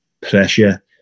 pressure